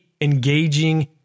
engaging